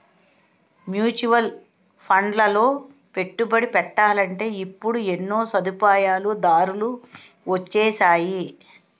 mutual ఫండ్లలో పెట్టుబడి పెట్టాలంటే ఇప్పుడు ఎన్నో సదుపాయాలు దారులు వొచ్చేసాయి